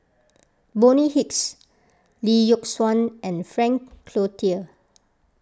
Bonny Hicks Lee Yock Suan and Frank Cloutier